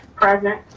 present.